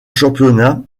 championnat